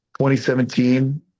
2017